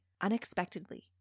unexpectedly